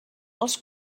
els